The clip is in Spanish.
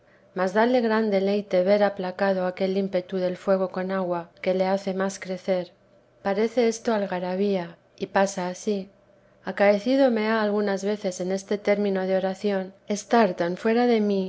mas dale gran deleite ver aplacado aquel ímpetu del fuego con agua que le hace más crecer parece esto algarabía y pasa ansí acaecido me ha algunas veces en este término de oración estar tan fuera de mí